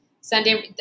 Sunday